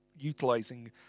utilizing